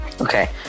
Okay